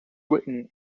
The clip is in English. written